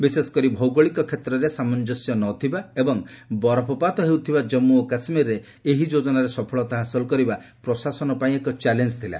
ବିଶେଷକରି ଭୌଗୋଳିକ କ୍ଷେତ୍ରରେ ସାମଞ୍ଜସ୍ୟ ନ ଥିବା ଏବଂ ବରଫପାତ ହେଉଥିବା ଜମ୍ମୁ ଓ କାଶ୍ୱୀରରେ ଏହି ଯୋଜନାରେ ସଫଳତା ହାସଲ କରିବା ପ୍ରଶାସନ ପାଇଁ ଏକ ଚ୍ୟାଲେଞ୍ଜ ଥିଲା